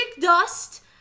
dust